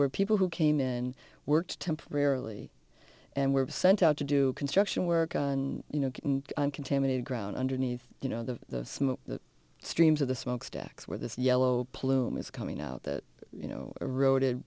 were people who came in work temporarily and were sent out to do construction work on you know contaminated ground underneath you know the smoke streams of the smoke stacks where this yellow plume is coming out that you know eroded